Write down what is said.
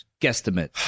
guesstimate